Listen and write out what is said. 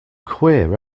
queer